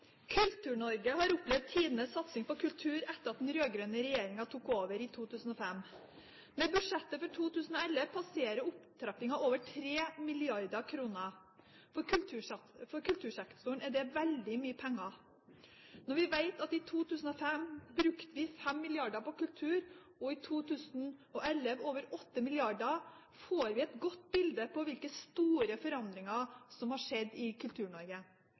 Kultur-Norge har opplevd tidenes satsing på kultur etter at den rød-grønne regjeringen tok over i 2005. Med budsjettet for 2011 passerer opptrappingen over 3 mrd. kr. For kultursektoren er dette veldig mye penger. Når vi vet at vi i 2005 brukte 5 mrd. kr på kultur og i 2011 over 8 mrd. kr, får vi et godt bilde av hvilke store forandringer som har skjedd i